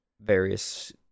various